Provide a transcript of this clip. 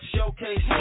Showcase